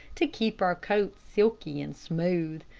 to keep our coats silky and smooth.